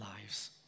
lives